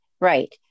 Right